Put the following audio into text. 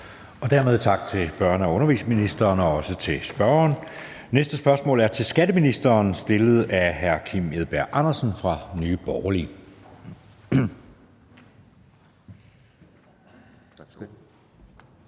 siger vi tak til børne- og undervisningsministeren og også til spørgeren. Næste spørgsmål er til skatteministeren stillet af hr. Kim Edberg Andersen fra Nye Borgerlige.